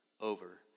over